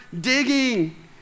digging